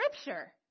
scripture